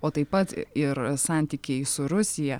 o taip pat ir santykiai su rusija